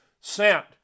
sent